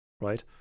right